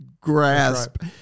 grasp